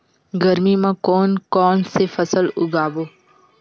गरमी मा कोन कौन से फसल उगाबोन?